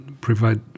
provide